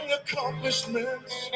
accomplishments